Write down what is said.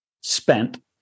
spent